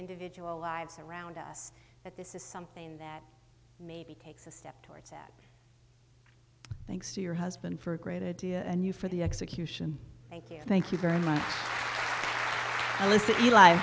individual lives around us that this is something that maybe takes a step towards that thanks to your husband for a great idea and you for the execution thank you thank you very much